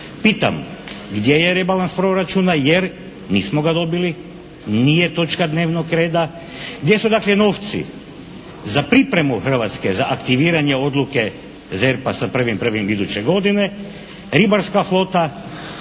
Pitam gdje je rebalans proračuna, jer nismo ga dobili, nije točka dnevnog reda. Gdje su dakle novci za pripremu Hrvatske, za aktiviranje odluke ZERP-a sa 1.1. iduće godine, ribarska flota,